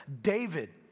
David